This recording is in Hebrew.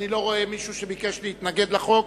ואני לא רואה מישהו שביקש להתנגד לחוק.